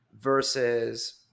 versus